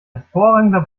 hervorragender